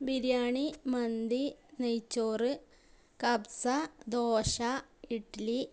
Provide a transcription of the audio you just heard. ബിരിയാണി മന്തി നെയ്ച്ചോറ് കബ്സ ദോശ ഇഡ്ലി